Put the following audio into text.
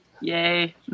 Yay